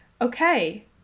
okay